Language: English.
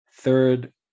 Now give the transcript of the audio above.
third